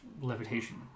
levitation